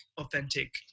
authentic